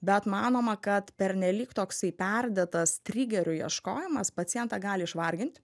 bet manoma kad pernelyg toksai perdėtas trigerių ieškojimas pacientą gali išvargint